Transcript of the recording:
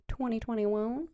2021